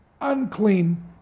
unclean